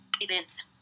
Events